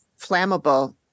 flammable